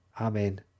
Amen